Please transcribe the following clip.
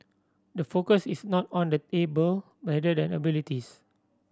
the focus is not on the able rather than the abilities